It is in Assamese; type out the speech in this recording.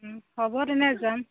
হ'ব তেনে যাম